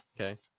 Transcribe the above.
okay